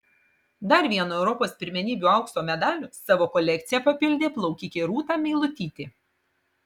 dar vienu europos pirmenybių aukso medaliu savo kolekciją papildė plaukikė rūta meilutytė